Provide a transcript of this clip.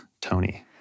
Tony